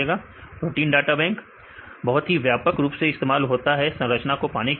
विद्यार्थी protein data bank protein data bank बहुत ही व्यापक रूप से इस्तेमाल होता है संरचना को पाने के लिए